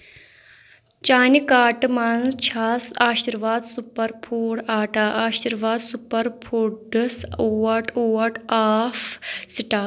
چانہِ کاٹہٕ مَنٛز چھس Aashirvaad super food atta Aashirvaad super foods out out of stock